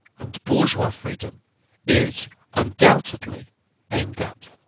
and bourgeois freedom is undoubtedly aimed at.